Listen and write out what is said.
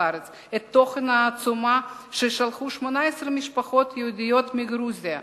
ובחוץ-לארץ את תוכן העצומה ששלחו 18 משפחות יהודיות מגרוזיה.